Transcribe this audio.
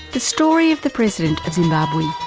the story of the president of zimbabwe,